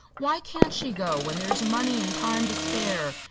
why can't she go, when there's money and time to spare?